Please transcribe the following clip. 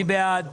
מי בעד?